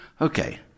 Okay